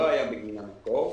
לא היה בגינה מקור.